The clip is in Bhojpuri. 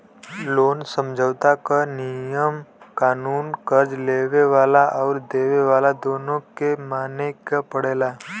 लोन समझौता क नियम कानून कर्ज़ लेवे वाला आउर देवे वाला दोनों के माने क पड़ला